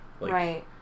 Right